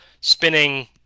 spinning